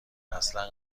اصلا